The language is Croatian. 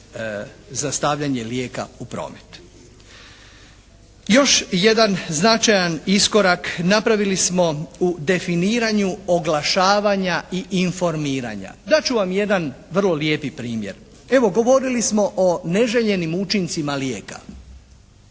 za stavljanje lijeka u promet. Još jedan značajan iskorak napravili smo u definiranju oglašavanja i informiranja. Dat ću vam jedan vrlo lijepo primjer. Evo govorili smo o neželjenim učincima lijeka.